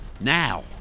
Now